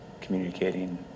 communicating